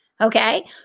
Okay